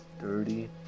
dirty